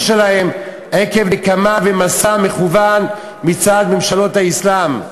שלהם עקב נקמה ומסע מכוון מצד ממשלות האסלאם,